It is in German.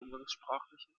umgangssprachliche